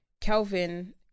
Kelvin